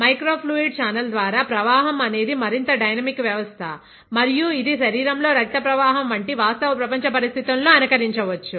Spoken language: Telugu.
మైక్రో ఫ్లూయిడ్ ఛానల్ ద్వారా ప్రవాహం అనేది మరింత డైనమిక్ వ్యవస్థ మరియు ఇది శరీరంలో రక్త ప్రవాహం వంటి వాస్తవ ప్రపంచ పరిస్థితులను అనుకరించవచ్చు